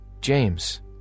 James